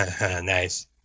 Nice